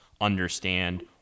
understand